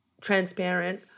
transparent